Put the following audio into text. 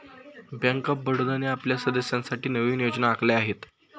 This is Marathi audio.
बँक ऑफ बडोदाने आपल्या सदस्यांसाठी नवीन योजना आखल्या आहेत